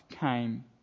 came